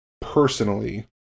personally